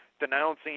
denouncing